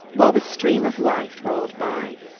while the stream of life rolled by.